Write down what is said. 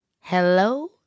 Hello